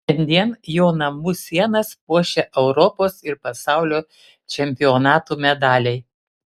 šiandien jo namų sienas puošia europos ir pasaulio čempionatų medaliai